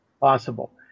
possible